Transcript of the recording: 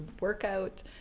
workout